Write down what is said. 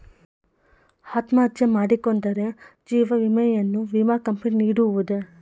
ಅತ್ಮಹತ್ಯೆ ಮಾಡಿಕೊಂಡರೆ ಜೀವ ವಿಮೆಯನ್ನು ವಿಮಾ ಕಂಪನಿ ನೀಡುವುದೇ?